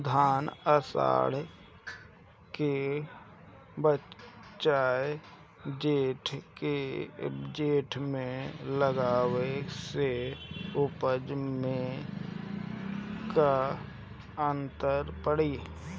धान आषाढ़ के बजाय जेठ में लगावले से उपज में का अन्तर पड़ी?